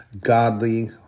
godly